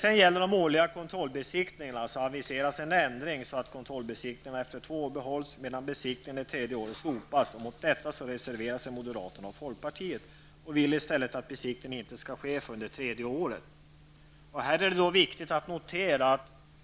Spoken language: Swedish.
När det gäller de årliga kontrollbesiktningarna aviseras en ändring så att kontrollbesiktningarna efter två år behålls medan besiktningen det tredje året slopas. Mot detta reserverar sig moderaterna och vill i stället att besiktningen inte skall ske förrän det tredje året.